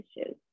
issues